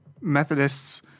Methodists